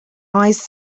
eyes